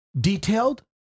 detailed